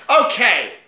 Okay